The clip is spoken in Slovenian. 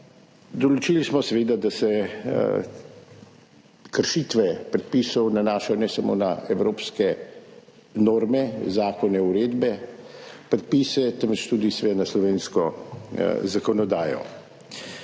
Določili smo seveda, da se kršitve predpisov nanašajo ne samo na evropske norme, zakone, uredbe, predpise, temveč tudi na slovensko zakonodajo.